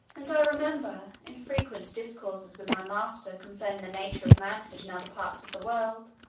and i remember, in frequent discourses with my master concerning the nature of manhood in other parts of the world,